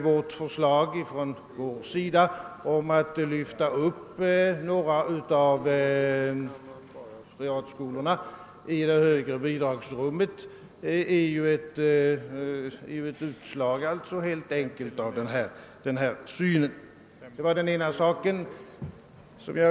Vårt förslag om att lyfta upp några av privatskolorna i det högre bidragsrummet är helt enkelt ett utslag av denna syn.